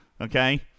Okay